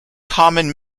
common